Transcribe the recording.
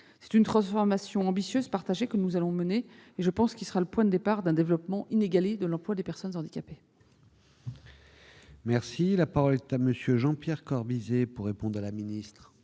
C'est une transformation ambitieuse et partagée que nous allons mener et qui marquera, je l'espère, le point de départ d'un développement inégalé de l'emploi des personnes handicapées. La parole est à M. Jean-Pierre Corbisez, pour répondre à Mme la ministre.